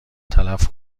تلف